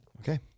Okay